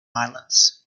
islands